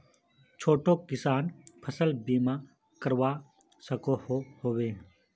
छोटो किसान फसल बीमा करवा सकोहो होबे?